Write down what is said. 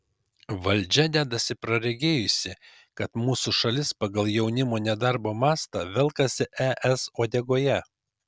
valdžia dedasi praregėjusi kad mūsų šalis pagal jaunimo nedarbo mastą velkasi es uodegoje